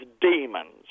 demons